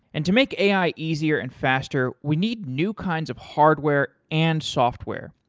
and to make ai easier and faster, we need new kinds of hardware and software,